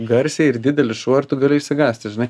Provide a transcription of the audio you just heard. garsiai ir didelis šuo ir tu gali išsigąsti žinai